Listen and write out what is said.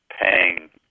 paying